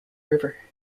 river